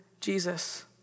Jesus